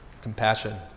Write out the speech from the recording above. compassion